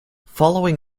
following